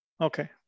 Okay